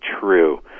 true